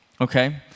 okay